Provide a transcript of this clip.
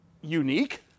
unique